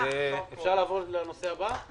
הישיבה ננעלה בשעה 11:00.